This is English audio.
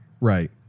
Right